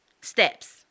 Steps